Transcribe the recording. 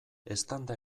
eztanda